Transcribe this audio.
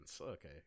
Okay